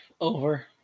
over